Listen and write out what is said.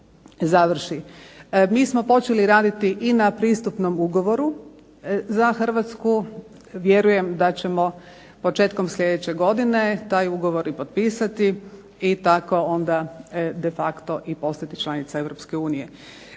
Mi smo počeli raditi i na pristupnom ugovoru za Hrvatsku, vjerujem da ćemo početkom sljedeće godine taj ugovor i potpisati i tako onda de facto i postati članica